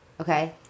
okay